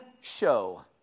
show